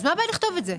אז מה הבעיה לכתוב את זה?